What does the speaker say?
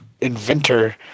inventor